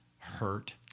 hurt